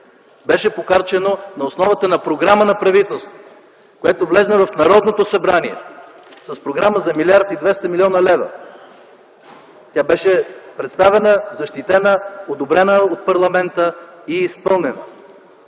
беше похарчено на основата на програма на правителството, която влезе в Народното събрание. С програма за 1 млрд. 200 млн. лева. Тя беше представена, защитена, одобрена от парламента и изпълнена.